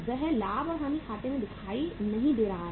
वह लाभ और हानि खाते में दिखाई नहीं दे रहा है